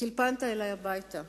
טלפנת אלי הביתה,